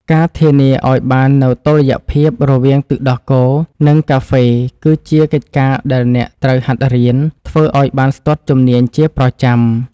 ការធានាឱ្យបាននូវតុល្យភាពរវាងទឹកដោះគោ និងកាហ្វេគឺជាកិច្ចការដែលអ្នកត្រូវហាត់រៀនធ្វើឱ្យបានស្ទាត់ជំនាញជាប្រចាំ។